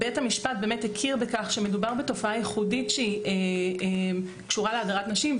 בית המשפט הכיר בכך שמדובר בתופעה ייחודית שקשורה להדרת נשים,